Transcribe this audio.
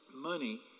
money